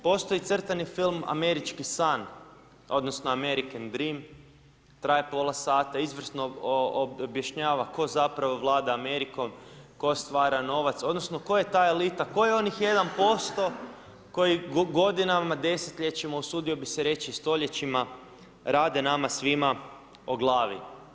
Postoji crtani film Američki san odnosno American Dream, traje pola sata, izvrsno objašnjava tko zapravo vlada Amerikom, tko stvara novac, odnosno tko je ta elita, tko je onih 1% koji godinama, desetljećima, usudio bih se reći i stoljećima rade nama svima o glavi?